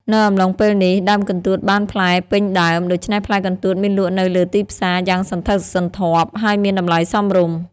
នៅអំឡុងពេលនេះ ដើមកន្ទួតបានផ្លែពេញដើម ដូច្នេះផ្លែកន្ទួតមានលក់នៅលើទីផ្សារយ៉ាងសន្ធឹកសន្ធាប់ ហើយមានតម្លៃសមរម្យ។